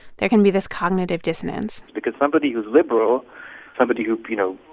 there can be this cognitive dissonance because somebody who's liberal somebody who, you know,